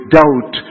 doubt